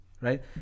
Right